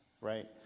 right